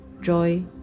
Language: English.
joy